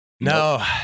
no